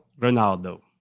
Ronaldo